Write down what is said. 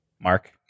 Mark